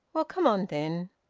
well, come on then.